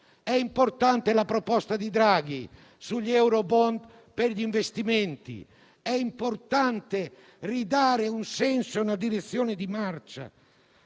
È importante la proposta di Draghi sugli eurobond per gli investimenti; è importante ridare un senso e una direzione di marcia